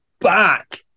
back